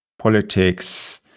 politics